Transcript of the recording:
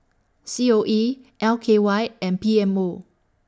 C O E L K Y and P M O